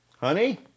honey